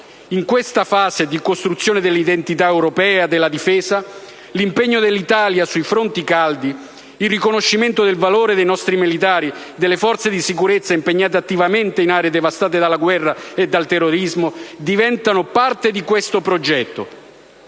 In questa fase di costruzione dell'identità europea della difesa, l'impegno dell'Italia sui fronti caldi, il riconoscimento del valore dei nostri militari e delle forze di sicurezza impegnate attivamente in aree devastate dalla guerra e dal terrorismo, diventano parte di questo progetto,